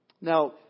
Now